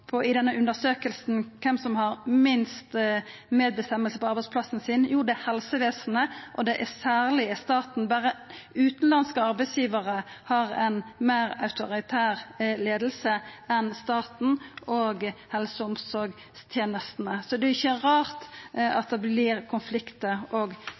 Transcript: i denne undersøkinga om kven som har minst medbestemming på arbeidsplassen sin, er helsevesenet, og særleg staten. Berre utanlandske arbeidsgivarar har ei meir autoritær leiing enn staten og helse- og omsorgstenestene. Så det er ikkje rart at det vert konfliktar og